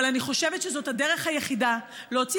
אבל אני חושבת שזאת הדרך היחידה להוציא